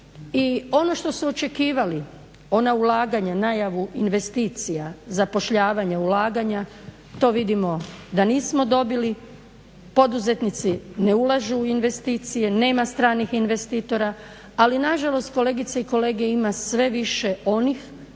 ono što su očekivali ona ulaganja, najavu investicija zapošljavanja ulaganja to vidimo da nismo dobili. Poduzetnici ne ulažu u investicije, nema stranih investitora, ali nažalost kolegice i kolege ima sve više onih koji